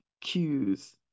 cues